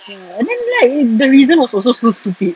ya then like the reason was also so stupid